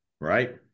Right